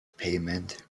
payment